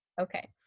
Okay